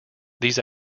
these